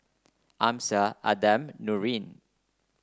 Amsyar Adam Nurin